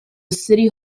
city